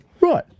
Right